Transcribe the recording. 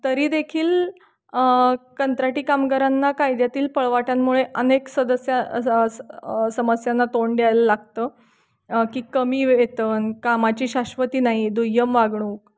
तरी देखील कंत्राटी कामगारांना कायद्यातील पळवाटांमुळे अनेक सदस्य समस्यांना तोंड द्यायला लागतं की कमी वेतन कामाची शाश्वती नाही दुय्यम वागणूक